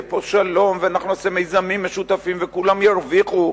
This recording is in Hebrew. יהיה פה שלום ואנחנו נעשה מיזמים משותפים וכולם ירוויחו,